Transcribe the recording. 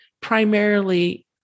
primarily